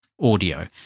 audio